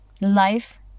Life